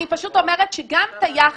אני פשוט אומרת שגם את היחס,